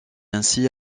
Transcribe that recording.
ainsi